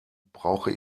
brauche